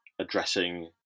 addressing